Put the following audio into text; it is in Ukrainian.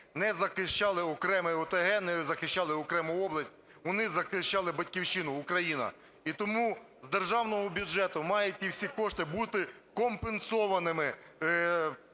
не захищали окреме ОТГ, не захищали окрему область, вони захищали Батьківщину – Україну. І тому з державного бюджету мають ті всі кошти бути компенсованими